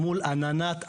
מול עננת עשן?